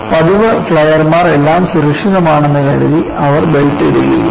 പതിവ് ഫ്ലൈയർമാർ എല്ലാം സുരക്ഷിതമാണെന്ന് കരുതി അവർ ബെൽറ്റ് ഇടുകയില്ല